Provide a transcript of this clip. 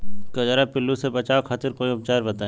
कजरा पिल्लू से बचाव खातिर कोई उपचार बताई?